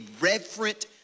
reverent